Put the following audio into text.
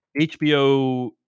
HBO